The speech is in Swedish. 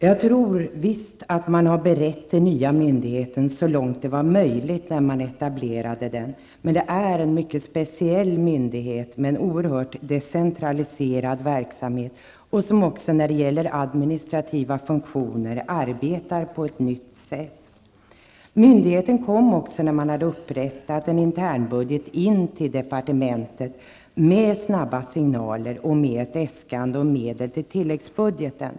Jag tror visst att man har berett den nya myndigheten så långt det var möjligt när man etablerade den, men det är en mycket speciell myndighet med en oerhört decentraliserad verksamhet som när det gäller administrativa funktioner arbetar på ett nytt sätt. När man hade upprättat en internbudget på myndigheten kom man in till departementet med snabba signaler och med äskanden om medel till tilläggsbudgeten.